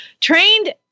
Trained